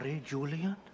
Julian